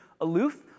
aloof